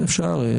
ואפשר,